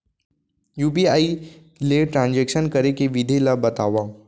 UPI ले transaction करे के विधि ला बतावव?